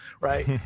Right